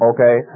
Okay